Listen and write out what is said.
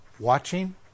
watching